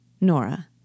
Nora